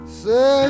say